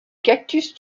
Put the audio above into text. cactus